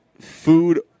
food